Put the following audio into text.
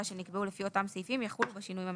שנקבעו לפי אותם סעיפים יחולו בשינויים המחויבים,